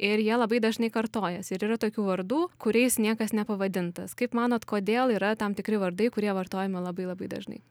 ir jie labai dažnai kartojasi ir yra tokių vardų kuriais niekas nepavadintas kaip manot kodėl yra tam tikri vardai kurie vartojami labai labai dažnai